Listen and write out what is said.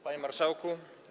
Panie Marszałku!